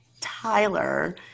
Tyler